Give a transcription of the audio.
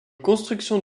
constructions